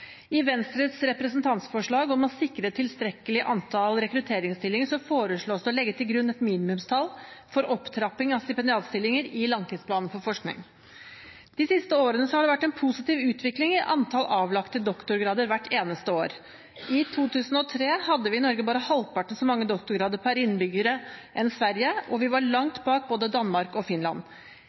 I Venstres representantforslag om å sikre tilstrekkelig antall rekrutteringsstillinger foreslås det å legge til grunn et minimumstall for opptrapping av stipendiatstillinger i langtidsplanen for forskning. De siste årene har det vært en positiv utvikling i antall avlagte doktorgrader hvert eneste år. I 2003 hadde vi i Norge bare halvparten så mange doktorgrader per innbygger som Sverige, og vi var langt bak både Danmark og Finland.